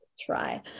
try